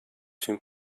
tüm